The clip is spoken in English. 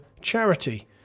Charity